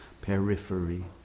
periphery